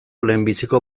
lehenbiziko